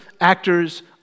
actors